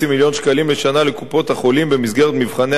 לשנה לקופות-החולים במסגרת מבחני התמיכה,